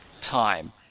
time